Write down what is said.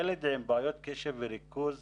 ילד עם בעיות קשב וריכוז